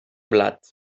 blat